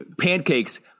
pancakes